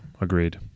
agreed